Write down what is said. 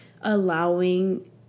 allowing